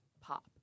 pop